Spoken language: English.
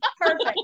perfect